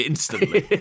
Instantly